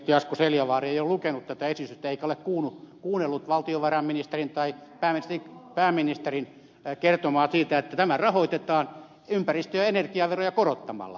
asko seljavaara ei ole lukenut tätä esitystä eikä ole kuunnellut valtiovarainministerin tai pääministerin kertomaa siitä että tämä rahoitetaan ympäristö ja energiaveroja korottamalla